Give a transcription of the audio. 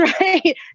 right